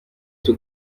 cyo